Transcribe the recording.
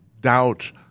doubt